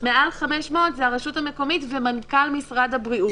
מעל 500 זה הרשות המקומית ומנכ"ל משרד הבריאות.